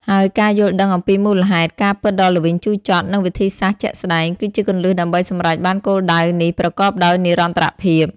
ហើយការយល់ដឹងអំពីមូលហេតុ ការពិតដ៏ល្វីងជូរចត់ និងវិធីសាស្រ្តជាក់ស្តែង គឺជាគន្លឹះដើម្បីសម្រេចបានគោលដៅនេះប្រកបដោយនិរន្តរភាព។